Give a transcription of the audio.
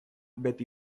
beti